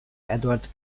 edward